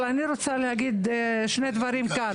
אבל אני רוצה להגיד שני דברים כאן.